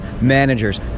managers